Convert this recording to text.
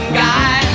guy